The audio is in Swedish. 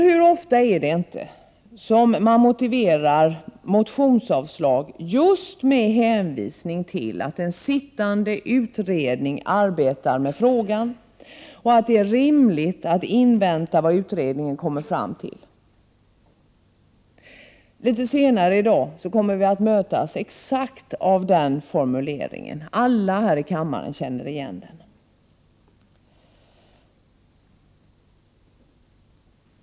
Hur ofta motiveras inte motionsavslag just med hänvisning till att en sittande utredning arbetar med frågan och att det är rimligt att invänta vad utredningen kommer fram till innan det är dags för beslut? Litet senare i dag kommer vi att mötas av exakt den formuleringen, och alla här i kammaren känner igen den.